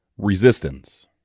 Resistance